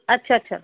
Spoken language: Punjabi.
ਅੱਛਾ ਅੱਛਾ